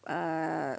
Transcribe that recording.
err